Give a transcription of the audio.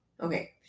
okay